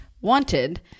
wanted